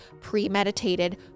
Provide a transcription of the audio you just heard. premeditated